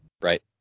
Right